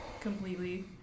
completely